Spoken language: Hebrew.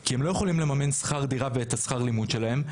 כי הם לא יכולים לממן שכר דירה ואת שכר הלימוד שלהם,